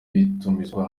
bitumizwa